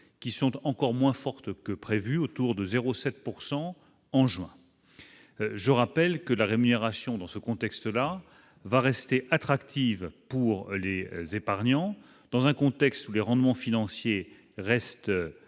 qui sont encore moins forte que prévu autour de 0 7 pourcent en en juin, je rappelle que la rémunération dans ce contexte-là va rester attractive pour les épargnants, dans un contexte où les rendements financiers restent